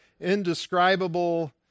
indescribable